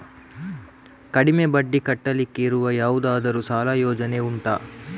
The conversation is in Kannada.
ಕಡಿಮೆ ಬಡ್ಡಿ ಕಟ್ಟಲಿಕ್ಕಿರುವ ಯಾವುದಾದರೂ ಸಾಲ ಯೋಜನೆ ಉಂಟಾ